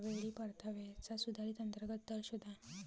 या वेळी परताव्याचा सुधारित अंतर्गत दर शोधा